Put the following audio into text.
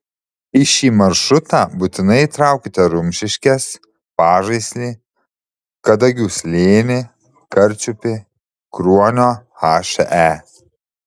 į šį maršrutą būtinai įtraukite rumšiškes pažaislį kadagių slėnį karčiupį kruonio he